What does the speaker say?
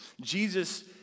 Jesus